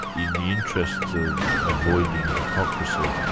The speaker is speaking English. the the interests of avoiding hypocrisy,